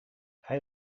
hij